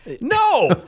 No